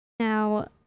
Now